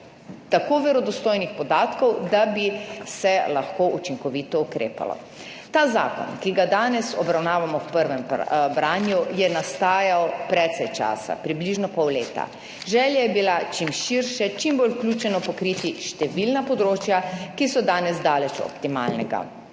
tako verodostojnih podatkov, da bi se lahko učinkovito ukrepalo. Ta zakon, ki ga danes obravnavamo v prvem branju je nastajal precej časa, približno pol leta. Želja je bila čim širše, čim bolj vključeno pokriti številna področja, ki so danes daleč optimalnega.